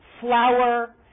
flour